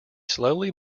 slowly